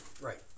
Right